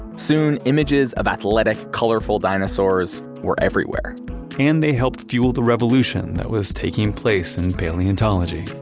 soon, images of athletic, colorful dinosaurs were everywhere and they helped fuel the revolution that was taking place in paleontology